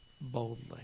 boldly